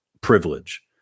privilege